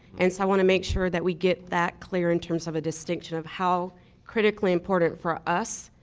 and so i want to make sure that we get that clear in terms of a distinction of how critically important for us,